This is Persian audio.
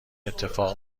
اتفاق